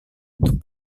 untuk